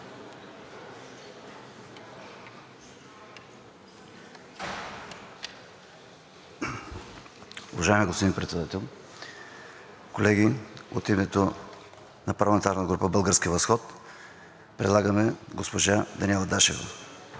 Уважаеми господин Председател, колеги! От името на парламентарната група на „Български възход“ предлагаме госпожа Даниела Дашева